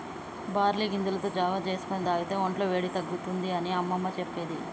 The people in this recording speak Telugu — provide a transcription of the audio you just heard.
బార్లీ గింజలతో జావా చేసుకొని తాగితే వొంట్ల వేడి తగ్గుతుంది అని అమ్మమ్మ చెప్పేది